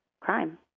crime